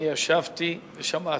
אני ישבתי ושמעתי.